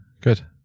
good